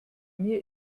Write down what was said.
mir